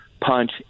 punch